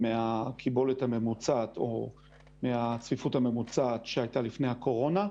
מהקיבולת הממוצעת או מהצפיפות הממוצעת שהייתה לפני הקורונה.